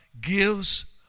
gives